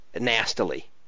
nastily